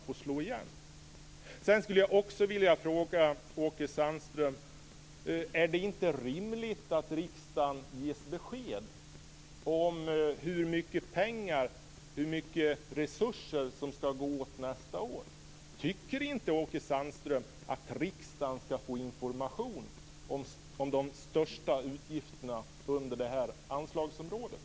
Jag skulle också vilja fråga Åke Sandström: Är det inte rimligt att riksdagen får besked om hur mycket resurser som skall gå åt nästa år? Tycker inte Åke Sandström att riksdagen skall få information om de största utgifterna under det här anslagsområdet?